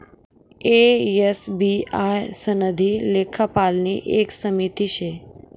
ए, S, B हाई सनदी लेखापालनी एक समिती शे